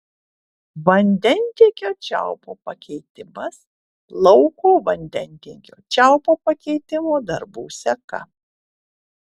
vandentiekio čiaupo pakeitimas lauko vandentiekio čiaupo pakeitimo darbų seka